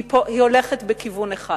היא הולכת בכיוון אחד,